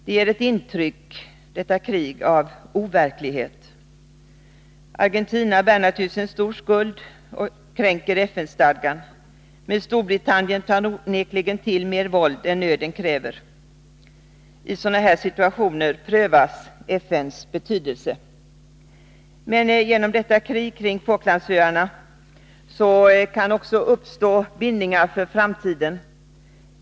Detta krig ger intryck av overklighet. Argentina bär naturligtvis en stor skuld och kränker FN stadgan, men Storbritannien tar onekligen till mer våld än nöden kräver. I sådana här situationer prövas FN:s betydelse. Men genom detta krig kring Falklandsöarna kan det också uppstå bindningar för framtiden.